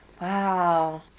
Wow